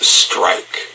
strike